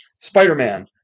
Spider-Man